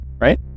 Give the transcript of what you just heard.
right